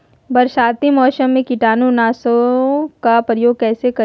बरसाती मौसम में कीटाणु नाशक ओं का प्रयोग कैसे करिये?